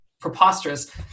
preposterous